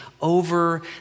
over